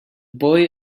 boy